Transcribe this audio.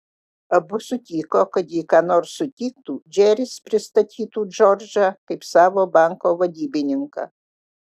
abu sutiko kad jei ką nors sutiktų džeris pristatytų džordžą kaip savo banko vadybininką